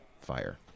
fire